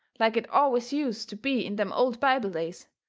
like it always use to be in them old bible days,